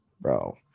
Bro